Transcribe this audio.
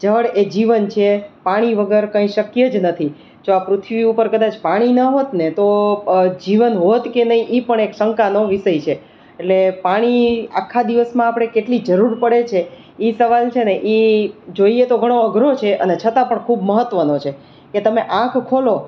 જળ એ જીવન છે પાણી વગર કઈ શક્ય જ નથી જો આ પૃથ્વી ઉપર કદાચ પાણી ન હોત ને તો જીવન હોત કે નહીં એ પણ એક શંકાનો વિષય છે એટલે પાણી આખા દિવસમાં આપણે કેટલી જરૂર પડે છે એ સવાલ છે ને એ જોઈએ તો ઘણો અઘરો છે ને છતાં પણ ખૂબ મહત્વનો છે કે તમે આંખ ખોલો